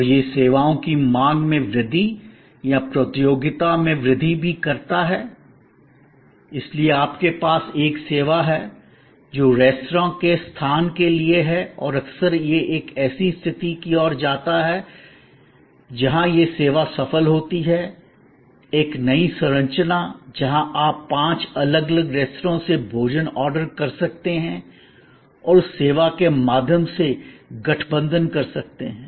और यह सेवाओं की मांग में वृद्धि या प्रतियोगिता में वृद्धि भी करता है इसलिए आपके पास एक सेवा है जो रेस्तरां के स्थान के लिए है और अक्सर यह एक ऐसी स्थिति की ओर जाता है जहां यह सेवा सफल होती है एक नई संरचना जहां आप पांच अलग अलग रेस्तरां से भोजन ऑर्डर कर सकते हैं और उस सेवा के माध्यम से गठबंधन कर सकते हैं